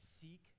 seek